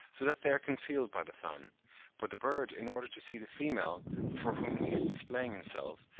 so that they are concealed by the fan but the bird in order to see the female, before whom he is displaying himself,